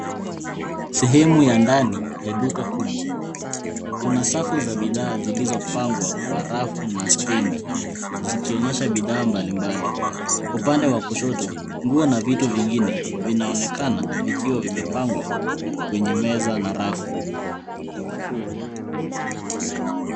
Sehemu ya ndani ya duka kubwa. Kuna safu za bidhaa zilizopangwa kwa rafu na stendi zikionyesha bidhaa mbalimbali. Upande wa kushoto, nguo na vitu vengine vinaonekana vikiwa vimepangwa kwenye meza na rafu.